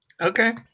Okay